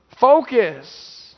Focus